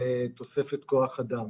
תוספת כוח האדם.